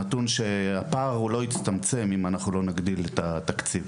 הפער לא יצטמצם אם לא נגדיל את התקציב.